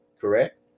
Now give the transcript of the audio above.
correct